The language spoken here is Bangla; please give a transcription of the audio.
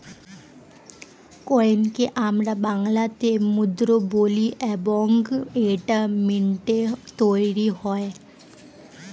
কয়েনকে আমরা বাংলাতে মুদ্রা বলি এবং এইটা মিন্টে তৈরী হয়